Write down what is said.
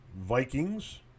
Vikings